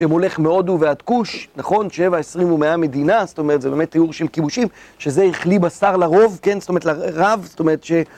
שהם הולך מהודו ועד כוש, נכון, שבע עשרים ומאה מדינה, זאת אומרת זה באמת תיאור של כיבושים, שזה איכלי בשר לרוב, כן, זאת אומרת לרב, זאת אומרת ש...